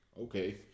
Okay